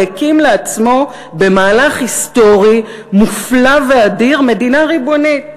והקים לעצמו במהלך היסטורי מופלא ואדיר מדינה ריבונית,